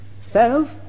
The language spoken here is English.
self